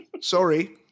Sorry